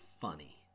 funny